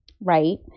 right